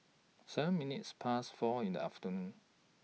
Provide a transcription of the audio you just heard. seven minutes Past four in The afternoon